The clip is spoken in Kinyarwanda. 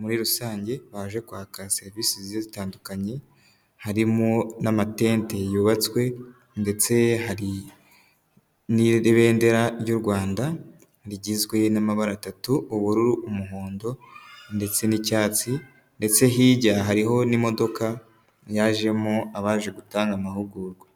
muri rusange baje kwaka serivisi zigiye zitandukanye, harimo n'amatente yubatswe, ndetse hari n'ibendera ry'u Rwanda, rigizwe n'amabara atatu, ubururu, umuhondo, ndetse n'icyatsi, ndetse hirya hariho n'imodoka yajemo abaje gutanga amahugurwa.